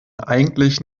eigentlich